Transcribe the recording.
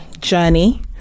journey